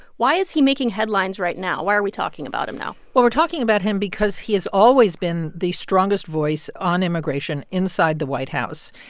why is he making headlines right now? why are we talking about him now? well, we're talking about him because he has always been the strongest voice on immigration inside the white house.